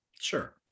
sure